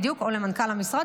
למנכ"ל המשרד,